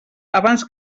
abans